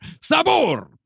Sabor